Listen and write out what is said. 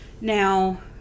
Now